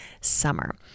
summer